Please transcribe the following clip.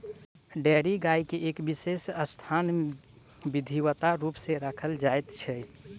dairy गाय के एक विशेष स्थान मे विधिवत रूप सॅ राखल जाइत छै